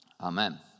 Amen